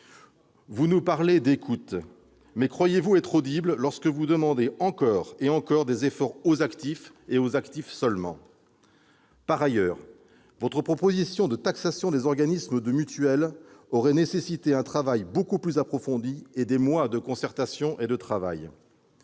Vous nous parlez d'écoute, mais croyez-vous être audibles lorsque vous demandez toujours plus d'efforts aux actifs, et à eux seulement ? Par ailleurs, votre proposition de taxation des organismes de mutuelle aurait nécessité un travail beaucoup plus approfondi et des mois de concertation et de travail.